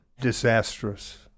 Disastrous